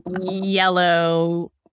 yellow